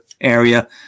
area